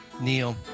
Neil